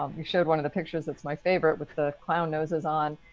um you showed one of the pictures that's my favorite with the clown noses on.